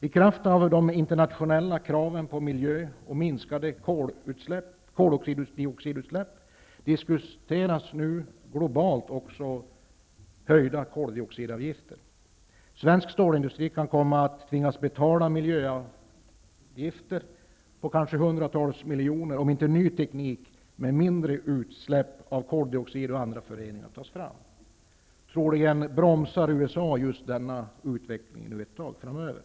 I kraft av de internationella kraven på miljön och minskade koldioxidutsläpp diskuteras nu även globalt höjda koldioxidavgifter. Svensk stålindustri kan komma att tvingas betala miljöavgifter på hundratals miljoner om inte ny teknik som innebär mindre utsläpp av koldioxid och andra föroreningar tas fram. Troligen bromsar USA denna utveckling ett tag framöver.